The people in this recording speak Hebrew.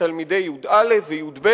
לתלמידי י"א וי"ב,